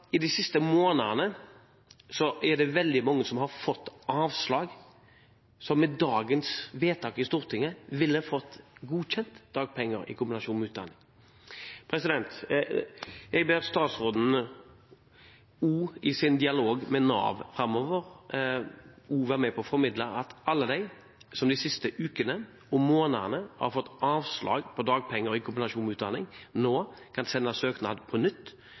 I de siste månedene er det veldig mange som har fått avslag som med dagens vedtak i Stortinget ville fått godkjent dagpenger i kombinasjon med utdanning. Jeg ber statsråden, i sin dialog med Nav framover, også å være med på å formidle at alle de som de siste ukene og månedene har fått avslag på dagpenger i kombinasjon med utdanning, nå kan sende søknad på nytt